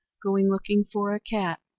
going looking for a cat,